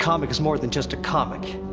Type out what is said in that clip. comic is more than just a comic.